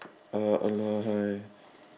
uh !alah! !hais!